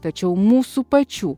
tačiau mūsų pačių